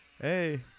hey